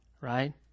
right